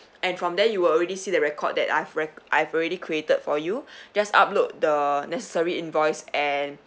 and from there you will already see the record that I've re~ I've already created for you just upload the necessary invoice and